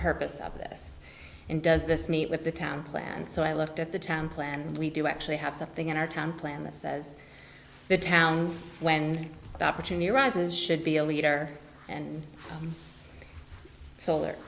purpose of this and does this meet with the town plan so i looked at the town plan we do actually have something in our town plan that says the town when opportunity arises should be a leader and solar